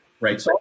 Right